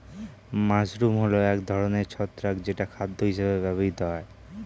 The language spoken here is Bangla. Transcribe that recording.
মাশরুম হল এক ধরনের ছত্রাক যেটা খাদ্য হিসেবে ব্যবহৃত হয়